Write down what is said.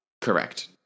Correct